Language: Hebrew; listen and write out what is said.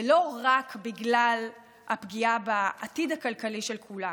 ולא רק בגלל הפגיעה בעתיד הכלכלי של כולנו,